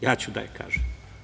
Ja ću da je kažem.